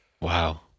Wow